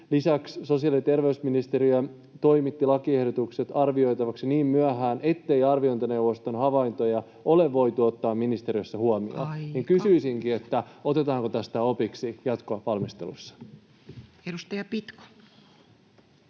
Lisäksi sosiaali- ja terveysministeriö toimitti lakiehdotukset arvioitavaksi niin myöhään, ettei arviointineuvoston havaintoja ole voitu ottaa ministeriössä huomioon. [Puhemies: Aika!] Kysyisinkin, otetaanko tästä opiksi jatkovalmistelussa. Edustaja Pitko.